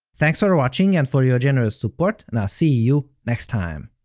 thanks for watching and for your generous support, and i'll see you next time!